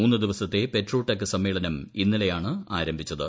മൂന്നു ദിവസത്തെ petro tech സമ്മേളനം ഇന്നലെയാണ് ആരംഭിച്ചത്